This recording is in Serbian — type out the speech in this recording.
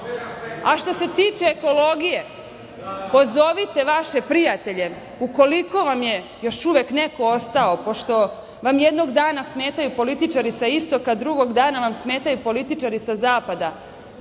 a što se tiče ekologije, pozovite vaše prijatelje, ukoliko vam je još uvek neko ostao, pošto vam jednog dana smetaju političari sa istoka, drugog dana vam smetaju političari sa zapada,